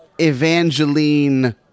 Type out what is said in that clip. Evangeline